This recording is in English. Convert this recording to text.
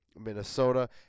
Minnesota